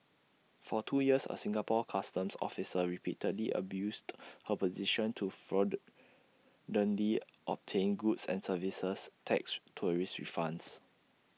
for two years A Singapore Customs officer repeatedly abused her position to fraudulently obtain goods and services tax tourist refunds